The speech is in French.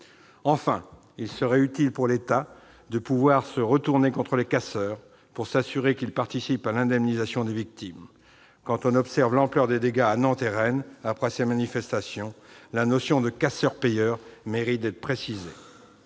Enfin, il serait utile pour l'État de pouvoir se retourner contre les casseurs pour s'assurer qu'ils participent à l'indemnisation des victimes. Quand on observe l'ampleur des dégâts à Nantes et à Rennes après ces manifestations, il faut bien reconnaître que le principe